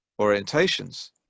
orientations